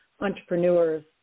entrepreneurs